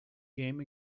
game